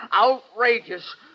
outrageous